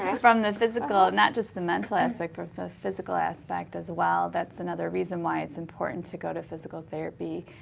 and from the physical, not just the mental aspect, but the physical aspect as well. that's another reason why it's important to go to physical therapy.